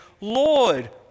Lord